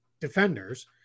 defenders